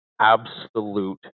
absolute